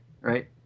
Right